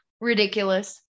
ridiculous